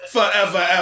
Forever